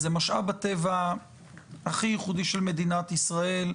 זה משאב הטבע הכי ייחודי של מדינת ישראל,